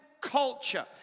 culture